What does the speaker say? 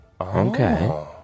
Okay